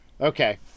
okay